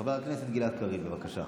חבר הכנסת גלעד קריב, בבקשה.